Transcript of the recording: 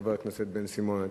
חבר הכנסת בן-סימון,